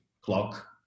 clock